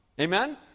Amen